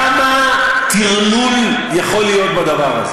כמה טרלול יכול להיות בדבר הזה?